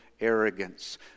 arrogance